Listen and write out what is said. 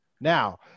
Now